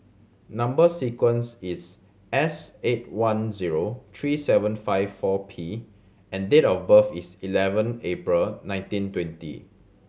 number sequence is S eight one zero three seven five four P and date of birth is eleven April nineteen twenty